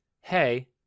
hey